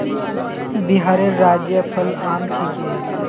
बिहारेर राज्य फल आम छिके